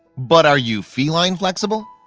but are you feline flexible